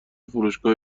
فروشگاه